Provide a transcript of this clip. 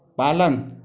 पालन